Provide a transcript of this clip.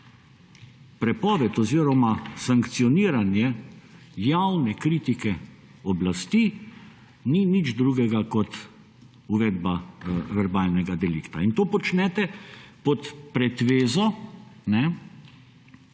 prepoved oziroma sankcioniranje javne kritike oblasti ni nič drugega kot uvedba verbalnega delikta. In to počnete pod pretvezo,